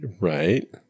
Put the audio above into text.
Right